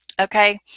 okay